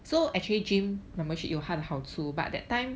so actually gym membership you how household but that time